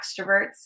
extroverts